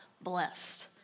blessed